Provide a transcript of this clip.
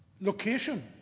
Location